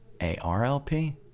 ARLP